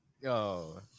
yo